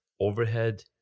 overhead